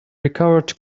recovered